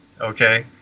Okay